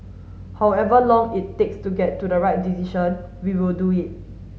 however long it takes to get to the right decision we will do it